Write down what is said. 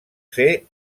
ser